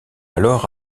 alors